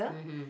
mmhmm